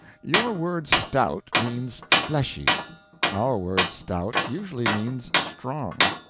your word stout means fleshy our word stout usually means strong.